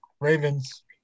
Ravens